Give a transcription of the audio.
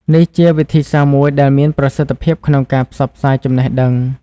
នេះជាវិធីសាស្ត្រមួយដែលមានប្រសិទ្ធភាពក្នុងការផ្សព្វផ្សាយចំណេះដឹង។